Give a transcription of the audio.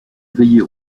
veiller